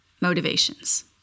motivations